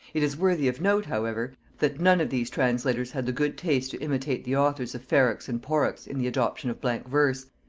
it is worthy of note, however, that none of these translators had the good taste to imitate the authors of ferrex and porrex in the adoption of blank verse,